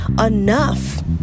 enough